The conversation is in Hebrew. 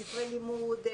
ספרי לימוד,